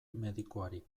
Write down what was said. medikuari